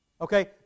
Okay